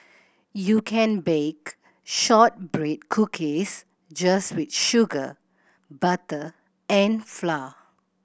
you can bake shortbread cookies just with sugar butter and flour